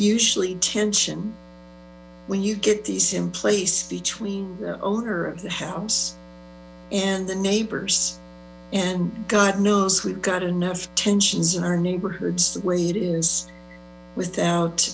usually tension when you get these in place between the owner of the house and the neighbors and gd knows we've got enough tension in our neighborhoods the way it is without